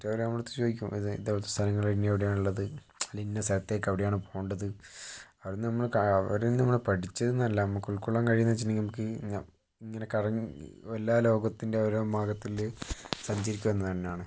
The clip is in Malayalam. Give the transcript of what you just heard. എന്നിട്ടവർ നമ്മളുടെ അടുത്ത് ചോദിക്കും ഇത് എവിടുത്തെ സ്ഥലങ്ങളാണ് ഇനി എവിടെയാണുള്ളത് ഇന്ന സ്ഥലത്തേക്ക് എവിടെയാണ് പോകേ ണ്ടത് അവര് നമ്മളെ അവര് നമ്മളെ പഠിച്ചതീന്നല്ല നമുക്ക് ഉൾകൊള്ളാൻ കഴിയുന്നു വച്ചിട്ടുണ്ടെങ്കി നമുക്ക് ഇങ്ങനെ കറങ്ങി എല്ലാ ലോകത്തിൻ്റെ ഓരോ ഭാഗത്തില് സഞ്ചരിക്കുക എന്നത് തന്നാണ്